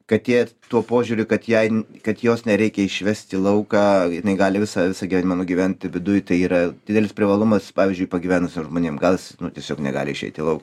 kad jie tuo požiūriu kad jai kad jos nereikia išvest į lauką jinai gali visą visą gyvenimą nugyventi viduj tai yra didelis privalumas pavyzdžiui pagyvenusiem žmonėm gal jis nu tiesiog negali išeit į lauką